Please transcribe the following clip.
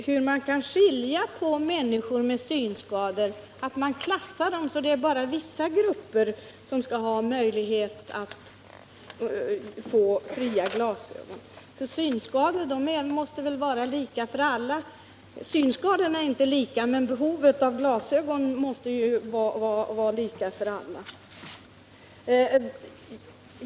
Herr talman! Jag förstår inte riktigt, Britta Bergström, hur man kan skilja på människor med synskador och att man klassar dem så att det bara är vissa grupper som skall kunna få fria glasögon. Synskadorna är naturligtvis inte likadana, men behovet av glasögon måste vara lika stort för alla.